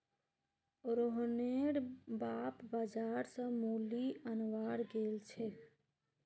रोहनेर बाप बाजार स मूली अनवार गेल छेक